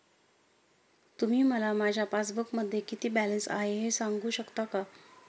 तुम्ही मला माझ्या पासबूकमध्ये किती बॅलन्स आहे हे सांगू शकता का?